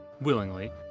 willingly